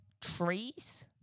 trees